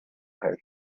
how